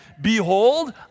behold